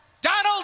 Donald